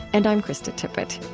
and i'm krista tippett